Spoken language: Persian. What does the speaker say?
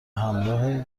همراه